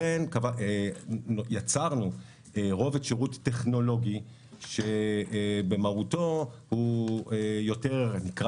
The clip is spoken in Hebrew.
לכן יצרנו רובד שירות טכנולוגי שבמהותו הוא יותר טוב,